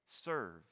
serve